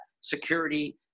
security